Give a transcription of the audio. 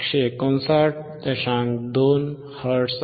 2 hertz आहे